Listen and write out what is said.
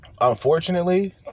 unfortunately